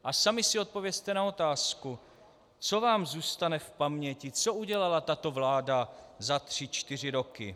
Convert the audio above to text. A sami si odpovězte na otázku, co vám zůstane v paměti, co udělala tato vláda za tři, čtyři roky.